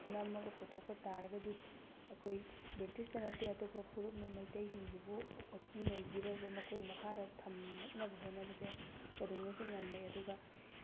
ꯅꯝꯃꯒ ꯄꯨꯊꯣꯛꯄ ꯇꯥꯔꯒꯗꯤ ꯑꯩꯈꯣꯏ ꯕ꯭ꯔꯤꯇꯤꯁꯇ ꯅꯠꯇꯦ ꯑꯇꯣꯞꯄ ꯐꯨꯔꯨꯞꯅ ꯃꯩꯇꯩꯁꯤꯡꯁꯤꯕꯨ ꯑꯣꯠꯄꯤ ꯅꯩꯕꯤꯔꯕ ꯃꯈꯣꯏꯒꯤ ꯃꯈꯥꯗ ꯊꯝꯃꯛꯅꯕ ꯍꯣꯠꯅꯕꯁꯦ ꯀꯩꯗꯧꯅꯨꯡꯗꯁꯨ ꯉꯝꯃꯣꯏ ꯑꯗꯨꯒ